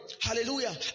Hallelujah